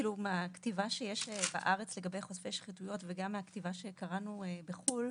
כאילו מהכתיבה שיש בארץ לגבי חושפי שחיתויות וגם מהכתיבה שקראנו בחו"ל,